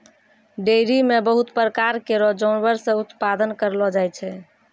dairy म बहुत प्रकार केरो जानवर से उत्पादन करलो जाय छै